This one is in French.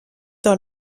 dans